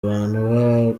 abantu